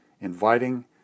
inviting